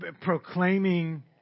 proclaiming